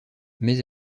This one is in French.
mais